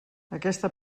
aquesta